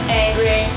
angry